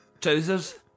Trousers